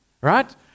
right